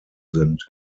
sind